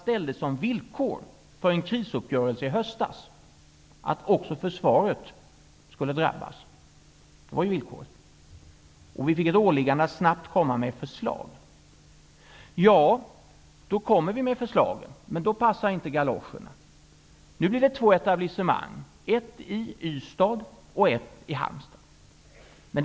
Det var ett villkor som Socialdemokraterna ställde för en krisuppgörelse i höstas. Vi fick ett åliggande att snabbt komma med förslag. Nu kommer vi med förslag, men då passar inte galoscherna. Nu blir det två etablissemang -- ett i Ystad och ett i Halmstad.